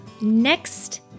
next